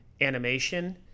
animation